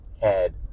head